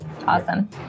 Awesome